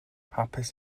hapus